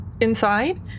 inside